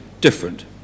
different